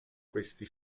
questi